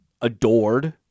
adored